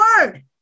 word